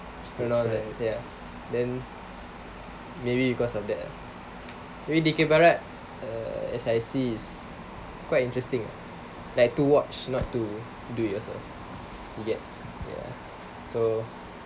then maybe because of that abeh dikir barat as I see is quite interesting ah like to watch not to do it yourself you get ya so